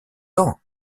temps